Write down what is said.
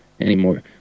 anymore